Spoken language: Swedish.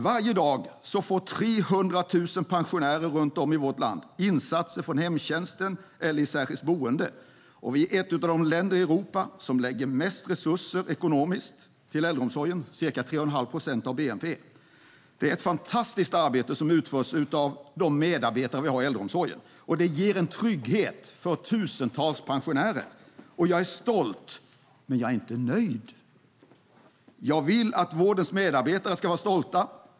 Varje dag får 300 000 pensionärer runt om i vårt land insatser från hemtjänsten eller i särskilt boende. Vi är ett av de länder i Europa som lägger mest resurser ekonomiskt på äldreomsorgen, ca 3,5 procent av bnp. Det är ett fantastiskt arbete som utförs av de medarbetare vi har i äldreomsorgen, och det ger en trygghet för tusentals pensionärer. Jag är stolt, men jag är inte nöjd. Jag vill att vårdens medarbetare ska vara stolta.